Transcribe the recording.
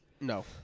No